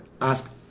ask